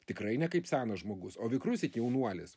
tikrai ne kaip senas žmogus o vikrus it jaunuolis